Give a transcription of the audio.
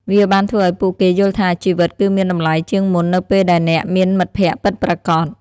វាបានធ្វើឱ្យពួកគេយល់ថា ជីវិតគឺមានតម្លៃជាងមុននៅពេលដែលអ្នកមានមិត្តភក្តិពិតប្រាកដ។